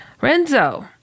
Renzo